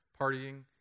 partying